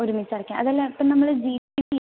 ഒരുമിച്ച് അടയ്ക്കാം അതല്ല അപ്പോൾ നമ്മൾ ജി പേ